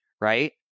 right